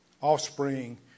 Offspring